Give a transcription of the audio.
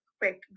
quick